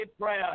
prayer